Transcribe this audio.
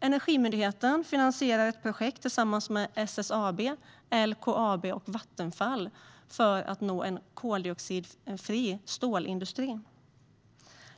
Energimyndigheten finansierar ett projekt tillsammans med SSAB, LKAB och Vattenfall för att nå en koldioxidfri stålindustri.